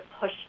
push